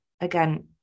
again